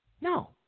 No